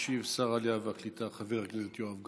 ישיב שר העלייה והקליטה חבר הכנסת יואב גלנט.